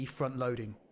front-loading